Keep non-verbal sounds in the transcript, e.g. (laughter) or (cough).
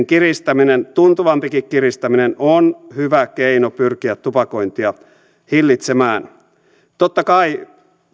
(unintelligible) kiristäminen tuntuvampikin kiristäminen on hyvä keino pyrkiä tupakointia hillitsemään totta kai